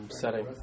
setting